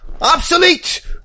obsolete